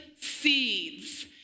Seeds